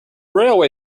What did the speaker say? railway